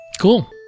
Cool